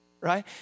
right